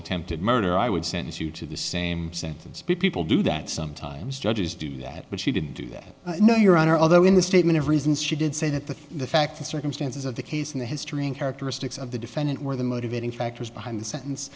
attempted murder i would sentence you to the same sentence people do that sometimes judges do that but she didn't do that no your honor although in the statement of reasons she did say that the the fact the circumstances of the case and the history and characteristics of the defendant were the motivating factors behind the sentence